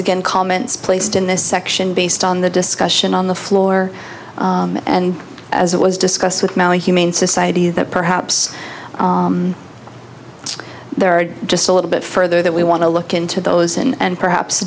again comments placed in this section based on the discussion on the floor and as it was discussed with the humane society that perhaps there are just a little bit further that we want to look into those and perhaps a